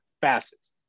facets